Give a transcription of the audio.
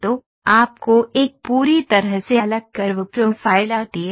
तो आपको एक पूरी तरह से अलग कर्व प्रोफ़ाइल आती है